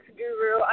guru